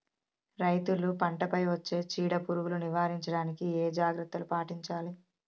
రైతులు పంట పై వచ్చే చీడ పురుగులు నివారించడానికి ఏ జాగ్రత్తలు పాటించాలి?